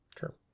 sure